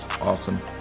Awesome